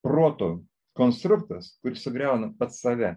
proto konstruktas kuris sugriauna pats save